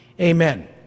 Amen